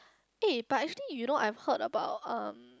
eh but actually you know I've heard about um